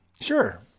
sure